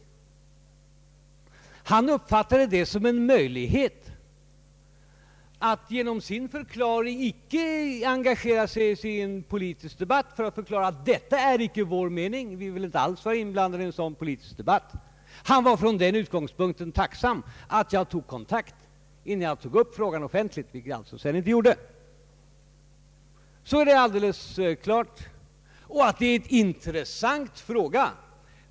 Nej, han uppfattade det som en möjlighet att genom sin förklaring inte engagera sig i en politisk debatt, att förklara: detta var inte vår mening, vi vill inte alls vara inblandade i en sådan politisk debatt. Han var från den utgångspunkten tacksam för att jag tog kontakt innan jag tog upp frågan offentligt — vilket jag alltså sedan inte gjorde.